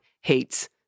hates